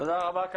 תודה רבה,